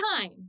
time